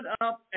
up